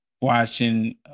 watching